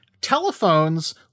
telephones